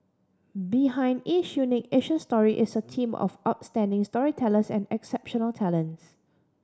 behind each unique Asian story is a team of outstanding storytellers and exceptional talents